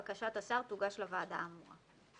בקשת השר תוגש לוועדה האמורה.